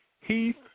Heath